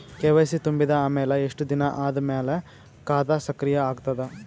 KYC ತುಂಬಿದ ಅಮೆಲ ಎಷ್ಟ ದಿನ ಆದ ಮೇಲ ಖಾತಾ ಸಕ್ರಿಯ ಅಗತದ?